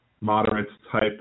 moderate-type